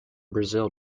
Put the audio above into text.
brazil